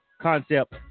concept